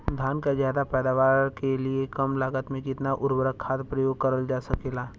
धान क ज्यादा पैदावार के लिए कम लागत में कितना उर्वरक खाद प्रयोग करल जा सकेला?